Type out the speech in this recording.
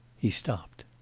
he stopped.